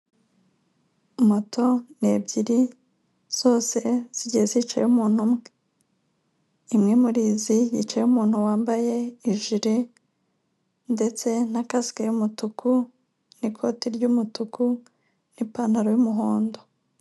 Moto n'ebyiri zose zigiye zicayeho umuntu umwe, imwe muri izi yicayeho umuntu wambaye ijiri ndetse na kasike y'umutuku n'ikoti ry'umutuku n'ipantaro y'umuhondo.